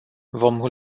vom